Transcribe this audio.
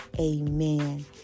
Amen